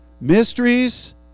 Mysteries